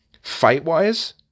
Fight-wise